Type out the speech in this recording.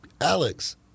alex